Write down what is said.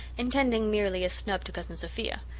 intending merely a snub to cousin sophia.